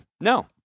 No